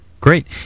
Great